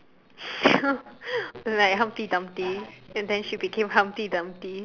true like humpty dumpty and then she became humpty dumpty